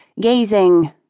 gazing